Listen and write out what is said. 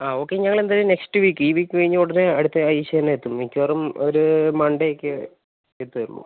ആ ഓക്കെ ഞങ്ങൾ എന്തായാലും നെക്സ്റ്റ് വീക്ക് ഈ വീക്ക് കഴിഞ്ഞാൽ ഉടനെ അടുത്ത ആഴ്ച തന്നെ എത്തും മിക്കവാറും ഒരു മൺഡേ ഒക്കെ എത്തുള്ളൂ